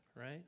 right